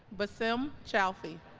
bassem khalfi